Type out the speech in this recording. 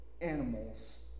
animals